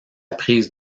prise